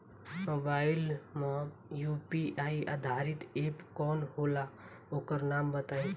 Mobile म UPI आधारित app कौन होला ओकर नाम बताईं?